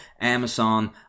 Amazon